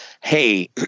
hey